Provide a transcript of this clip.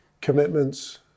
commitments